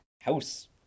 house